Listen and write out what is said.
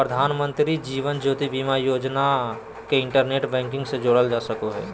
प्रधानमंत्री जीवन ज्योति बीमा योजना के इंटरनेट बैंकिंग से जोड़ल जा सको हय